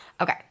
Okay